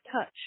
touch